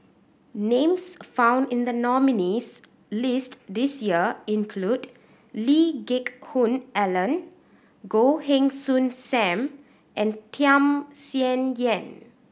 names found in the nominees' list this year include Lee Geck Hoon Ellen Goh Heng Soon Sam and Tham Sien Yen